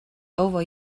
over